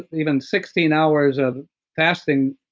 even sixteen hours of fasting.